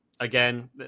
Again